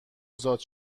ازاد